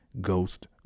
ghost